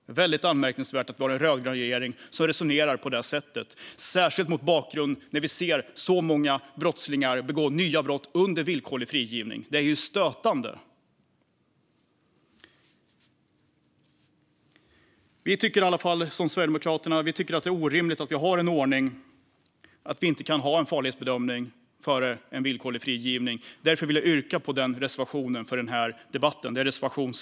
Det är väldigt anmärkningsvärt att vi har en rödgrön regering som resonerar på det sättet, särskilt mot bakgrund av att vi ser så många brottslingar begå nya brott under villkorlig frigivning. Det är stötande! Sverigedemokraterna tycker att det är orimligt att vi har en ordning där vi inte kan ha en farlighetsbedömning före en villkorlig frigivning. Jag yrkar därför bifall till reservation 6 om farlighetsbedömning.